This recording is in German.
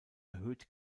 erhöht